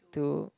to